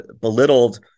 belittled